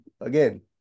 again